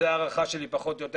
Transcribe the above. זו ההערכה שלי, פחות או יותר.